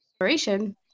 inspiration